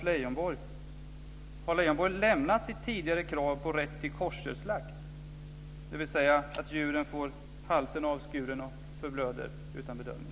Leijonborg lämnat sitt tidigare krav på rätt till koscherslakt, dvs. att djuren får halsen avskuren utan bedövning och förblöder?